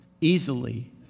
easily